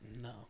No